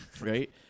right